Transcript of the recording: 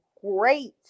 great